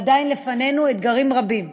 עדיין לפנינו אתגרים רבים.